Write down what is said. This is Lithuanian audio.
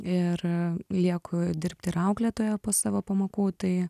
ir lieku dirbt ir auklėtoja po savo pamokų tai